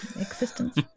existence